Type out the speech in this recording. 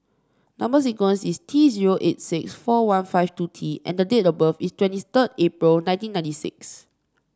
number sequence is T zero eight six four one five two T and date of birth is twenty third April nineteen ninety six